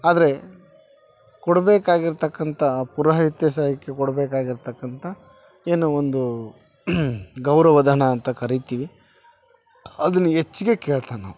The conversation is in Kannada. ಆದರೆ ಕೊಡ್ಬೇಕಾಗಿರ್ತಕ್ಕಂಥ ಪುರೋಹಿತಸಯಿಕ್ಕೆ ಕೊಡ್ಬೇಕಾಗಿರ್ತಕ್ಕಂಥ ಏನು ಒಂದು ಗೌರವ ಧನ ಅಂತ ಕರೀತಿವಿ ಅದನ್ನು ಹೆಚ್ಚಿಗೆ ಕೇಳ್ತಾನೆ ಅವ್ನು